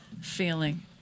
feeling